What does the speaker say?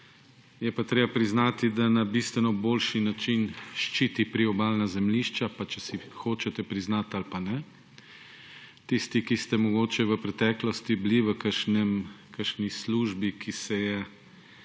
je pa treba priznati, da na bistveno boljši način ščiti priobalna zemljišča, pa če si hočete priznati ali pa ne. Tisti, ki ste mogoče v preteklosti bili v kakšni službi, ki se je